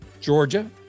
Georgia